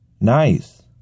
Nice